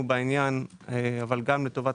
בעניין אבל אני רוצה לציין גם לפרוטוקול וגם לטובת